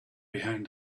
behind